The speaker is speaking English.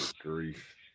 grief